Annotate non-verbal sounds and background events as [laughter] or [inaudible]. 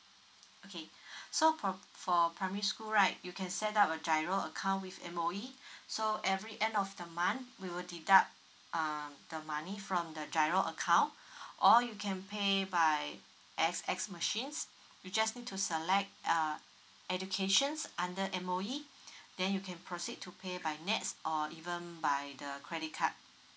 okay [breath] so for for primary school right you can set up a giro account with M_O_E [breath] so every end of the month we will deduct uh the money from the giro account [breath] or you can pay by A_X_S machines [breath] you just need to select uh educations under M_O_E [breath] then you can proceed to pay by nets or even by the credit card